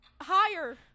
Higher